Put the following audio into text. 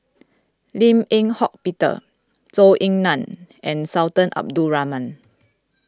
Lim Eng Hock Peter Zhou Ying Nan and Sultan Abdul Rahman